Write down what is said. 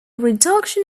reduction